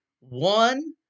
One